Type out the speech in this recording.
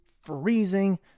freezing